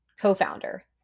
co-founder